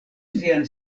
sian